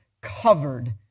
covered